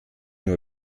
nur